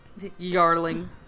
Yarling